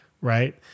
right